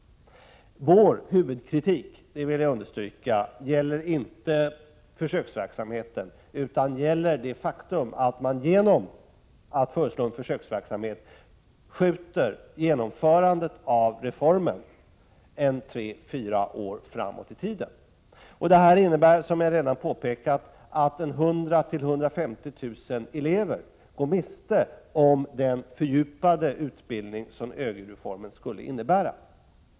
Vår huvudkritik, det vill jag understryka, gäller inte försöksverksamheten utan det faktum att man genom att föreslå en försöksverksamhet skjuter genomförandet av reformen tre fyra år framåt i tiden. Det innebär, som jag redan påpekade, att 100 000-150 000 elever går miste om den fördjupade utbildning som ÖGY-reformen skulle innebära.